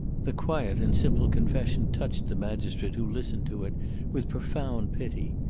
the quiet and simple confession touched the magistrate who listened to it with profound pity.